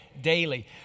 daily